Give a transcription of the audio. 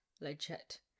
legit